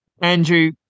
Andrew